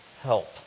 help